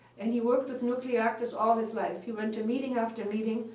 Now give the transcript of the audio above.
and he worked with nuclear reactors all his life. he went to meeting after meeting,